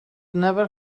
never